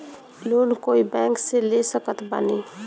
Loan कोई bank से ले सकत बानी?